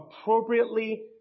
appropriately